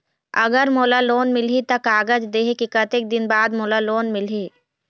अगर मोला लोन मिलही त कागज देहे के कतेक दिन बाद मोला लोन मिलही?